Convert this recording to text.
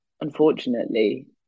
unfortunately